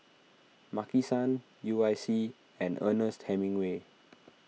Maki San U I C and Ernest Hemingway